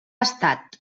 estat